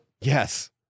Yes